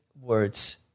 words